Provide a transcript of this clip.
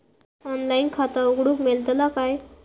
Online खाता उघडूक मेलतला काय?